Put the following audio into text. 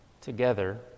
together